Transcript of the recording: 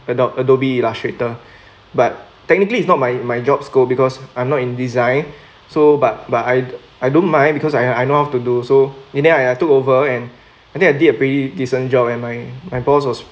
adopt adobe illustrator but technically it's not my my job scope because I'm not in design so but but I I don't mind because I I know how to do so in the end I took over and I think I did pretty decent job and my my boss was